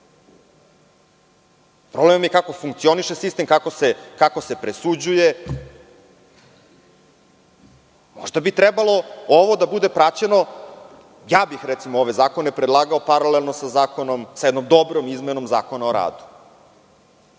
Problem je kako funkcioniše sistem, kako se presuđuje. Možda bi trebalo ovo da bude praćeno, ja bih ove zakone predlagao paralelno sa zakonom, sa jednom dobrom izmenom Zakona o radu. Mi